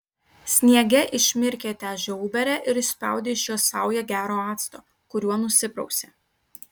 sniege išmirkė tą žiauberę ir išspaudė iš jos saują gero acto kuriuo nusiprausė